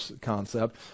concept